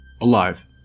alive